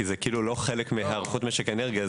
כי זה לא חלק מהיערכות משק האנרגיה,